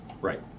Right